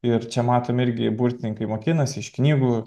ir čia matom irgi burtininkai mokinasi iš knygų